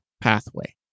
pathway